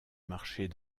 marcher